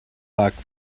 luck